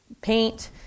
paint